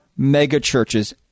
megachurches